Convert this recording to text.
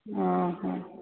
ଅ ହଁ